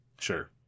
Sure